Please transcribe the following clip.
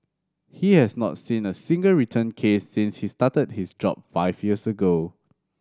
he has not seen a single return case since he started his job five years ago